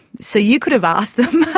so you could have asked them. ah